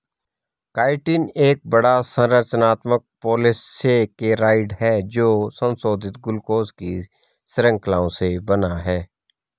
chitin एक बड़ा, संरचनात्मक पॉलीसेकेराइड है जो संशोधित ग्लूकोज की श्रृंखलाओं से बना है